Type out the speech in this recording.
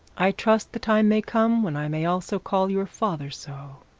i trust the time may come when i may also call your father so.